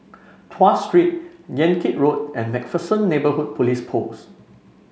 Tuas Street Yan Kit Road and MacPherson Neighbourhood Police Post